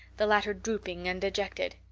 the latter drooping and dejected.